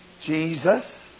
Jesus